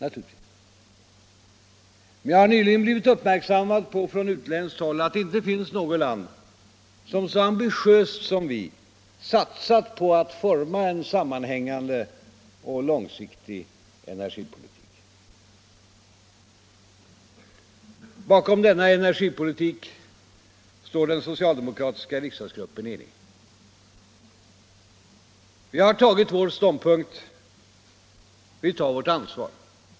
Men jag har nyligen blivit uppmärksammad på från utländskt håll att det inte finns något land som så ambitiöst som vi satsar på att forma en sammanhängande och långsiktig energipolitik. Bakom denna energipolitik står den socialdemokratiska riksdagsgruppen enig. Vi har tagit vår ståndpunkt, vi tar vårt ansvar.